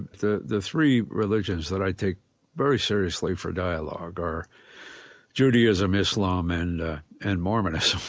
the the three religions that i take very seriously for dialogue are judaism, islam, and and mormonism.